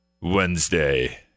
Wednesday